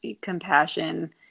compassion